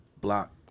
block